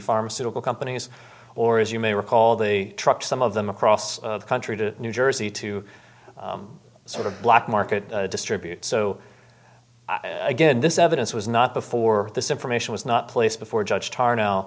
pharmaceutical companies or as you may recall the trucks some of them across the country to new jersey to sort of black market distribute so again this evidence was not before this information was not placed before judge tarnow